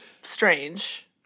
strange